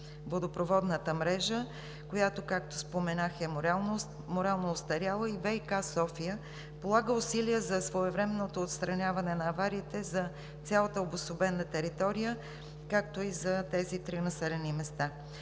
водопроводната мрежа, която, както споменах, е морално остаряла и ВиК – София, полага усилия за своевременното отстраняване на авариите за цялата обособена територия, както и за тези три населени места.